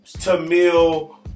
Tamil